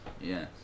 yes